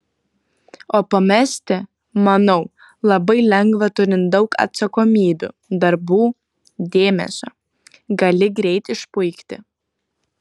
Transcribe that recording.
o pamesti manau labai lengva turint daug atsakomybių darbų dėmesio gali greit išpuikti